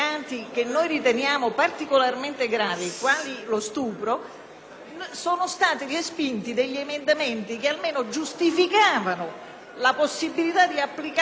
sono stati respinti alcuni emendamenti che almeno giustificavano la possibilità di applicare una custodia obbligatoria prevedendo l'aumento della pena,